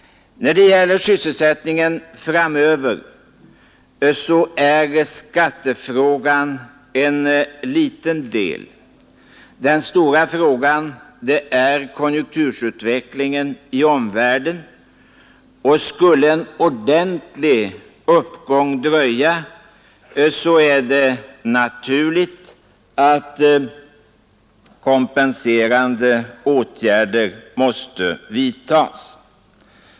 När det gäller sysselsättningen framöver är skattefrågan en liten del. Den stora frågan är konjunkturutvecklingen i omvärlden. Skulle en ordentlig uppgång dröja, så är det naturligt att kompenserande åtgärder måste vidtas.